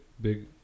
big